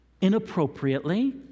inappropriately